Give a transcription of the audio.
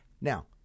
Now